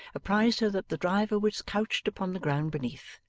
apprised her that the driver was couched upon the ground beneath,